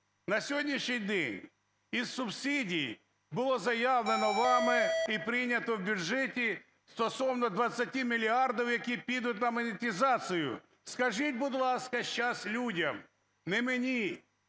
На сьогоднішній день із субсидій було заявлено вами і прийнято в бюджеті стосовно 20 мільярдів, які підуть на монетизацію. Скажіть, будь ласка, сейчас людям, не мені,